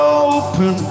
open